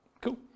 Cool